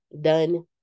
done